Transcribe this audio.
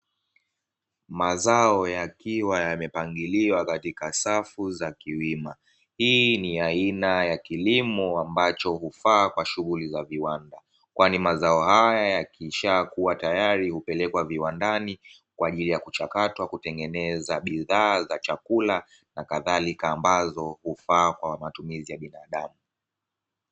Mazao yakiwa yamepangiliwa katika safu ya kiwima, hii ni aina ya kilimo ambacho hufaa kwa shughulki za viwanda. Kwani mazao haya yakishakua tayari hupelekwa viwandani, kwa ajili ya kuchakata kutengenezwa bidhaa za chakula na kadhalika ambazo hufaa kwa matumizi binadamu.